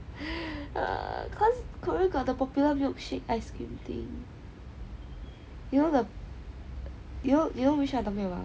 cause Korea got the popular milkshake ice cream thing you know the you know which I talking about